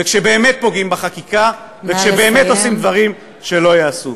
וכשבאמת פוגעים בחקיקה וכשבאמת עושים דברים שלא ייעשו.